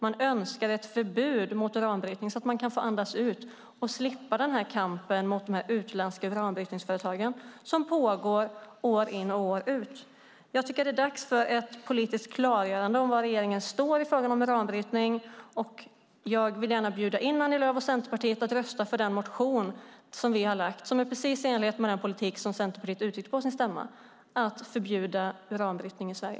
Man önskar ett förbud mot uranbrytning så att man kan få andas ut och slippa den kamp mot de utländska uranbrytningsföretagen som pågår år ut och år in. Det är dags för ett politiskt klargörande av var regeringen står i frågan om uranbrytning. Jag bjuder gärna in Annie Lööf och Centerpartiet till att rösta för den motion som vi väckt och som är i enlighet med den politik som Centerpartiet uttryckt på sin stämma om att förbjuda uranbrytning i Sverige.